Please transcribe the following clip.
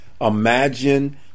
Imagine